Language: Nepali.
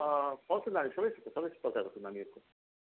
सबै सबै नानीहरूको